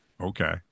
Okay